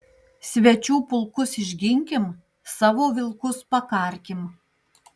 svečių pulkus išginkim savo vilkus pakarkim